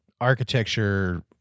architecture